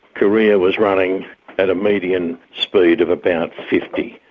korea was running at a median speed of about fifty.